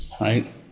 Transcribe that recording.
right